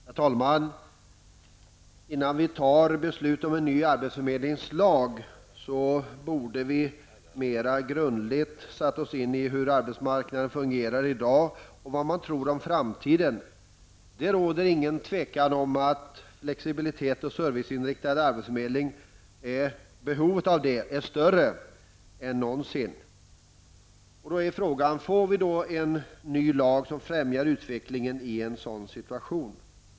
Herr talman! Innan vi fattar beslut om en ny arbetsförmedlingslag borde vi mera grundligt sätta oss in i hur arbetsmarknaden fungerar i dag och vad vi tror om framtiden. Det råder inget tvivel om att behovet av en flexibel och serviceinriktad arbetsförmedling är större än någonsin. Får vi då en ny lag som främjar utvecklingen i en sådan situation?